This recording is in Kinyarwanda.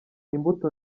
imbuto